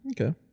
Okay